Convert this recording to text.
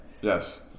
Yes